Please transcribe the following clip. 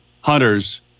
Hunter's